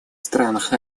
странах